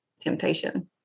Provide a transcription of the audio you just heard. temptation